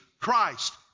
Christ